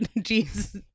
Jesus